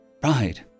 pride